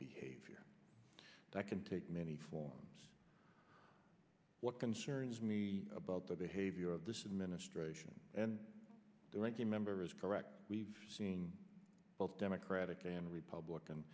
behavior that can take many forms what concerns me about the behavior of ministration and the ranking member is correct we've seen both democratic and republican